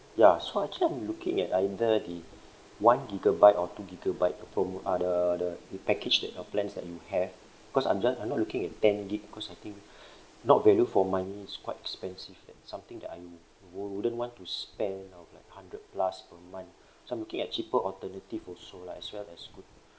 ya so actually I'm looking at either the one gigabyte or two gigabyte the promo uh the the the package that uh plans that you have because I'm just I'm not looking at ten gigabyte because I think not value for money it's quite expensive eh something that I wo~ wouldn't want to spend of like hundred plus per month so I'm looking at cheaper alternative also lah as well as good